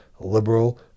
liberal